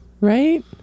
Right